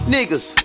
Niggas